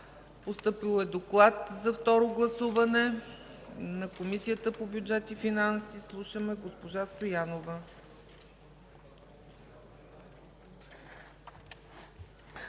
Постъпил е Доклад за второ гласуване на Комисията по бюджет и финанси. Слушаме госпожа Стоянова.